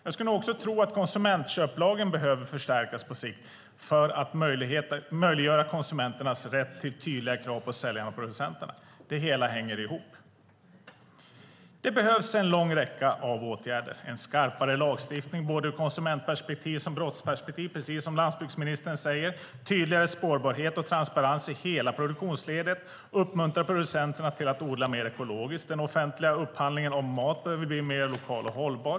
Jag skulle också tro att konsumentköplagen behöver förstärkas på sikt för att möjliggöra konsumenternas rätt till tydliga krav på säljarna och producenterna. Det hela hänger ihop. Det behövs en lång räcka av åtgärder. Det behövs en skarpare lagstiftning ur både konsumentperspektiv och brottsperspektiv, precis som landsbygdsministern säger, och tydligare spårbarhet och transparens i hela produktionsledet. Det handlar om att uppmuntra producenterna att odla mer ekologiskt. Den offentliga upphandlingen av mat behöver bli mer lokal och hållbar.